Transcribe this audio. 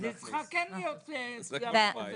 צריכה גם כן להיות בחוק הזה.